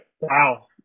Wow